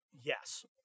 Yes